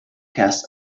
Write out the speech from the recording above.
casts